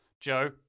Joe